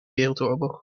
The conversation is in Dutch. wereldoorlog